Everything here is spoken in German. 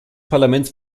parlaments